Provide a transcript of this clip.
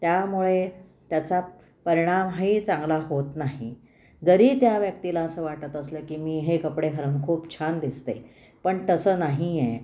त्यामुळे त्याचा परिणाम हाही चांगला होत नाही जरी त्या व्यक्तीला असं वाटत असलं की मी हे कपडे घालून खूप छान दिसते पण तसं नाही आहे